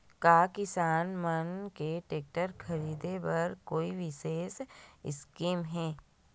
का किसान मन के टेक्टर ख़रीदे बर कोई विशेष स्कीम हे?